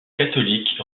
catholique